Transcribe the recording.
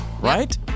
right